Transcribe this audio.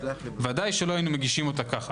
ודאי לא היינו מגישים אותה כך.